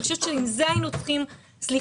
אני חושבת שעם זה היינו צריכים להתחיל.